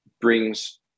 brings